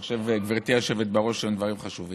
אני חושב, גברתי היושבת-ראש, שהם דברים חשובים.